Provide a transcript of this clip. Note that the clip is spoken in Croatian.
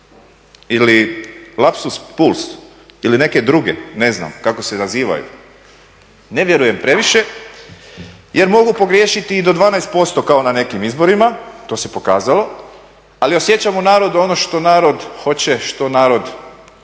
ili lapsus puls ili neke druge ne znam kako se nazivaju ne vjerujem previše jer mogu pogriješiti i do 12% kao na nekim izborima, to se pokazalo, ali osjećam u narodu ono što narod hoće, što narod želi,